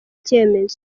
cyemezo